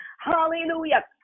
hallelujah